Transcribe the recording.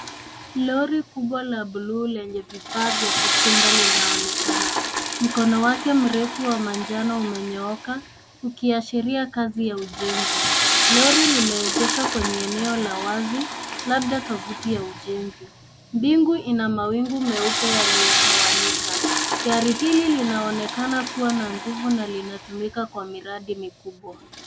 Lori kubwa la bluu lenye vifaa vya kujimba linaonekana. Mkono wake mrefu wa manjano imenyooka ukiashiria kazi ya ujenzi. Lori limeegeshwa kwenye eneo la wazi labda tufuti ya ujenzi. Bingu lina mawingu meupe yaliotawanyika. Gari hili inaonekana kuwa na nguvu na linatumika kwa mradi mikubwa.